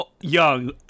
young